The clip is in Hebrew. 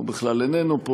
הוא בכלל איננו פה.